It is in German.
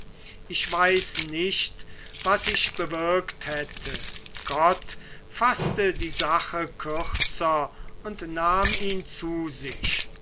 ich weiß nicht was ich bewirkt hätte gott faßte die sache kürzer und nahm ihn zu sich